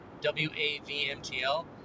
w-a-v-m-t-l